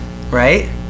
Right